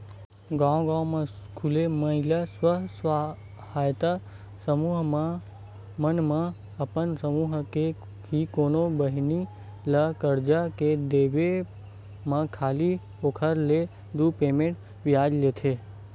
गांव गांव म खूले महिला स्व सहायता समूह मन ह अपन समूह के ही कोनो बहिनी ल करजा के देवब म खाली ओखर ले दू परसेंट बियाज लेथे